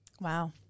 Wow